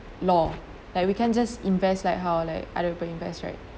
law like we can just invest like how like other people invest right